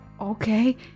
Okay